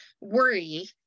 worry